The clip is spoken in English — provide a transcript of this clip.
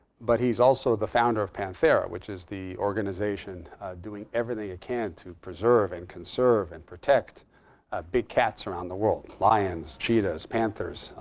but he's also the founder of panthera, which is the organization doing everything it can to preserve, and conserve, and protect big cats around the world, lions, cheetahs, panthers,